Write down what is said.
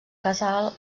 casal